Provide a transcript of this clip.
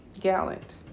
Gallant